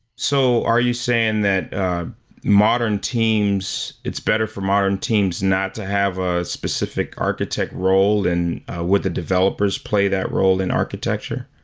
so are you saying that modern teams it's better for modern teams not to have a specific architecture role and whether developers play that role in architecture.